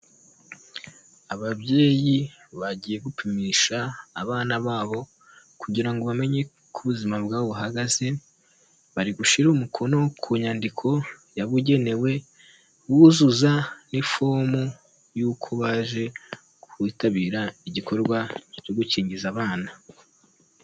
Ababyeyi bagiye gupimisha abana babo kugira ngo bamenye uko ubuzima bwabo buhagaze bari gushyira umukono ku nyandiko yabugenewe buzuza n'iform y'uko baje kwitabira igikorwa cyo gukingiza abana.